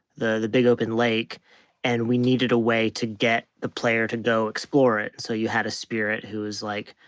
the the big open lake and we needed a way to get the player to go explore it. so you had a spirit who was like,